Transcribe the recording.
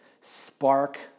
spark